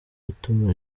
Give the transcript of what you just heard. gutuma